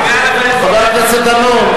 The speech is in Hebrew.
חבר הכנסת דנון,